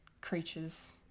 creatures